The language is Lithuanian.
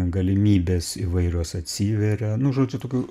galimybės įvairios atsiveria nu žodžiu tokių